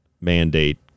mandate